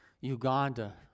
Uganda